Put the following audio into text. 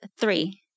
three